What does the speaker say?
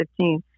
15